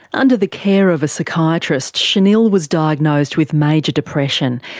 under the care of a psychiatrist, shanil was diagnosed with major depression.